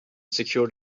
secured